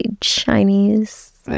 Chinese